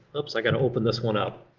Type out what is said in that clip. oops i gotta open this one up.